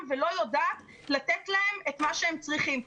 ולא יודעת לתת להם את מה שהם צריכים.